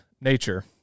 nature